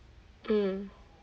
mm